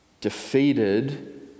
defeated